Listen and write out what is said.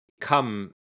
come